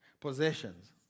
possessions